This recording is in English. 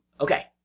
Okay